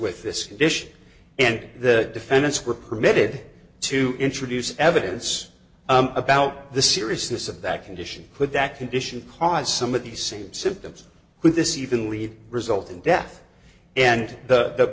with this condition and the defendants were permitted to introduce evidence about the seriousness of that condition could that condition cause some of the same symptoms with this even lead result in death and the